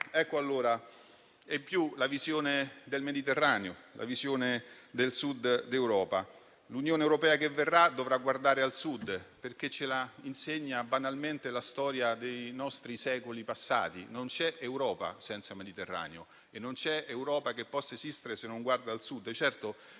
burocratica. Aggiungo la visione del Mediterraneo, la visione del Sud d'Europa. L'Unione europea che verrà dovrà guardare al Sud, perché ce lo insegna banalmente la storia dei nostri secoli passati: non c'è Europa senza Mediterraneo e non c'è Europa che possa esistere se non guarda al Sud.